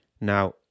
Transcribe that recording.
Now